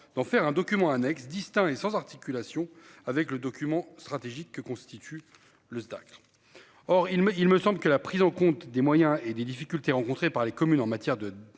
d'en faire un document annexe distincts et sans articulation avec le document stratégique que constitue le. Or il me, il me semble que la prise en compte des moyens et des difficultés rencontrées par les communes en matière de